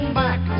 back